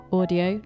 audio